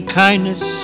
kindness